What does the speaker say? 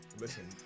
Listen